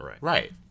Right